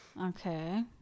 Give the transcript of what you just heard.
Okay